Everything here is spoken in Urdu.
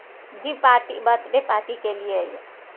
جی پارٹی برتھ ڈے پارٹی کے لیے ہے یہ